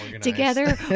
together